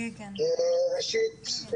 ראשית,